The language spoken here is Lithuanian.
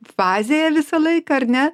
fazėje visą laiką ar ne